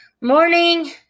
Morning